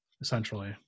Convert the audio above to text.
essentially